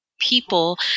people